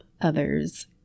others